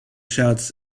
shouts